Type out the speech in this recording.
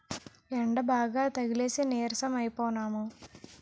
యెండబాగా తగిలేసి నీరసం అయిపోనము